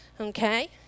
okay